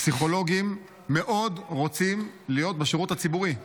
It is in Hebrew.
הפסיכולוגים רוצים מאוד להיות בשירות הציבורי.